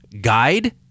guide